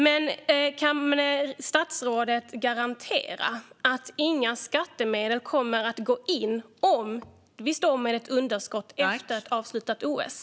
Kan statsrådet garantera att inga skattemedel kommer att gå in om vi står med ett underskott efter ett avslutat OS?